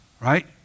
right